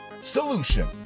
Solution